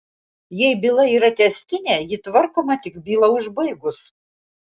jei byla yra tęstinė ji tvarkoma tik bylą užbaigus